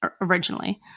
Originally